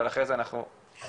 אבל אחרי זה אנחנו מסיימים,